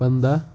پَنداہ